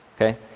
Okay